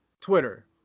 Twitter